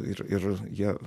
ir ir jie